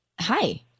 hi